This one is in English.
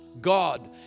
God